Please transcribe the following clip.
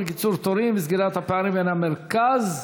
אין מתנגדים, אין נמנעים.